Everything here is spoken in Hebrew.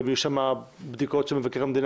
או אם יהיו בדיקות של מבקר המדינה,